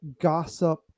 gossip